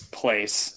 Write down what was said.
place